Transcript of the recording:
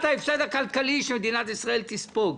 ההפסד הכלכלי שמדינת ישראל תספוג,